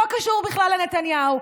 לא קשור בכלל לנתניהו.